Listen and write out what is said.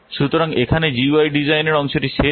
সুতরাং এখানে জিইউআই ডিজাইনের অংশটি এখানে শেষ